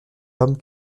homme